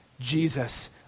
Jesus